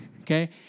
okay